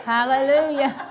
Hallelujah